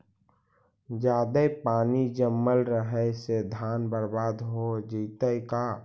जादे पानी जमल रहे से धान बर्बाद हो जितै का?